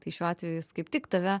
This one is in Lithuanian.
tai šiuo atveju jis kaip tik tave